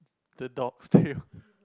the dog's tale